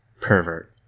Pervert